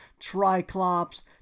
triclops